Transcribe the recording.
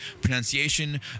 pronunciation